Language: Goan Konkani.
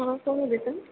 आं कोण उलयता